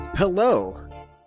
Hello